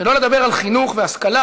שלא לדבר על חינוך והשכלה,